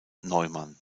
neumann